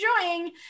enjoying